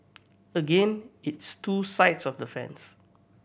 again it's two sides of the fence